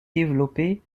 développés